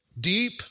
deep